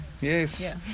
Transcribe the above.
Yes